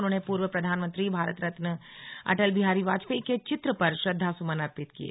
उन्होंने पूर्व प्रधानमंत्री भारत रत्न अटल बिहारी वाजपेयी के चित्र पर श्रद्धासुमन अर्पित किये